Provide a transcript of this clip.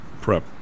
prep